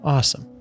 Awesome